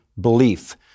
belief